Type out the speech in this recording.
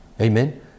Amen